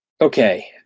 Okay